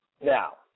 Now